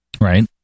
Right